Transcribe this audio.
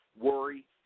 worry